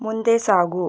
ಮುಂದೆ ಸಾಗು